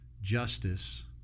Justice